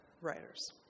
writers